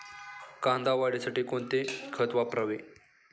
कांदा वाढीसाठी कोणते खत वापरावे?